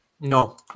No